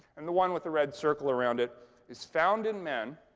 and the one with the red circle around it is found in men,